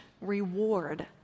reward